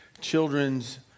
children's